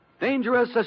Dangerous